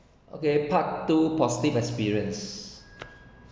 okay part two positive experience